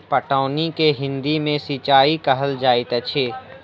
पटौनी के हिंदी मे सिंचाई कहल जाइत अछि